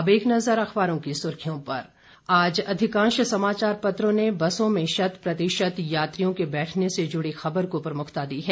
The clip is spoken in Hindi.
अब एक नज़र अखबारों की सुर्खियों पर आज अधिकांश समाचार पत्रों ने बसों में शत प्रतिशत यात्रियों के बैठने से जुड़ी खबर को प्रमुखता दी है